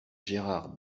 gérard